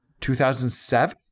2007